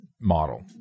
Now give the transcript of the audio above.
model